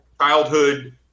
Childhood